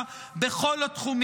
ניצחנו?